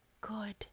good